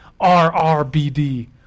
RRBD